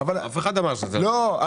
אף אחד --- הכול בסדר.